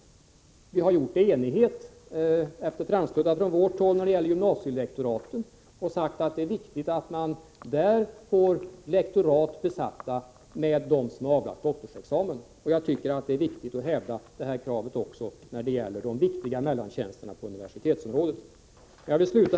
Det har skett i enighet, efter framstötar från vårt håll, när det gäller gymnasielektoraten. Vi har sagt att det är viktigt att man får lektoraten besatta med personer som har avlagt doktorsexamen. Jag tycker det är väsentligt att hävda detta krav också när det gäller de viktiga mellantjänsterna på universitetsområdet. Herr talman!